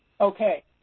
Okay